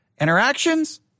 interactions